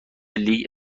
لیگ